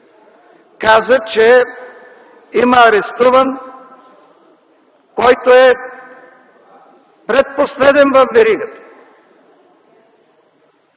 каза, че има арестуван, който е предпоследен във веригата.